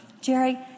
Jerry